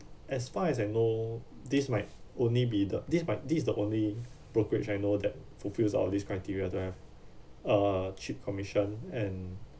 as far as I know these might only be the this but this is the only brokerage I know that fulfills all these criteria to have uh cheap commission and